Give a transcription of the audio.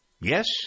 yes